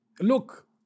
look